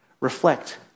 reflect